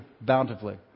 bountifully